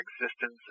existence